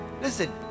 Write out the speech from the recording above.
listen